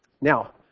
Now